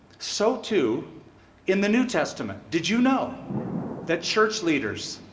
so too in the new testament. did you know that church leaders